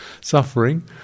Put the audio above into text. suffering